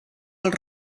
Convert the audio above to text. els